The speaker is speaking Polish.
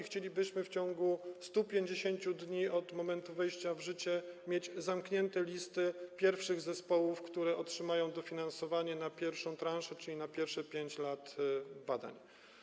Chcielibyśmy w ciągu 150 dni od momentu wejścia w życie mieć zamknięte listy pierwszych zespołów, które otrzymają dofinansowanie na pierwszą transzę, czyli na pierwszych 5 lat badań.